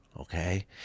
okay